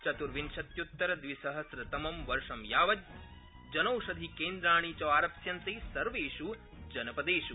चतुर्विंशत्युत्तरद्विसहस्रतमं वर्ष यावज्जनौषधिक्रेन्द्राणि च आरप्स्ते सर्वेषु जनपदेषु